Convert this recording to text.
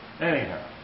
Anyhow